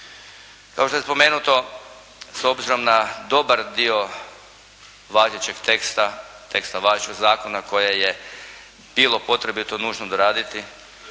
Kao što je spomenuto s obzirom na dobar dio važećeg teksta, teksta važećeg zakona koje je bilo potrebito nužno doraditi